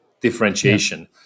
differentiation